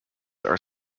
are